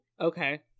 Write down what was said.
Okay